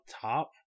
top